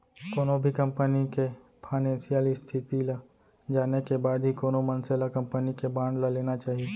कोनो भी कंपनी के फानेसियल इस्थिति ल जाने के बाद ही कोनो मनसे ल कंपनी के बांड ल लेना चाही